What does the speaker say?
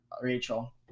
Rachel